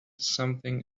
something